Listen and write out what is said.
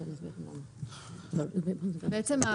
בעצם,